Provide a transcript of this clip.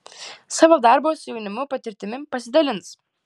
savo darbo su jaunimu patirtimi pasidalins